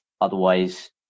otherwise